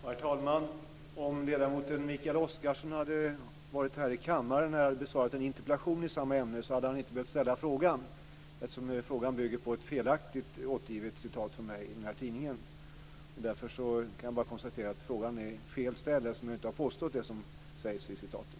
Herr talman! Om ledamoten Mikael Oscarsson hade varit här i kammaren när jag besvarade en interpellation i samma ämne hade han inte behövt ställa frågan, eftersom frågan bygger på ett felaktigt återgivet citat från mig i en tidning. Därför kan jag bara konstatera att frågan är felaktigt ställd. Jag har inte påstått det som sägs i citatet.